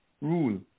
rule